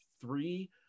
three